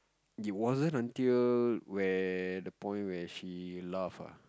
it wasn't until where the point where she laugh ah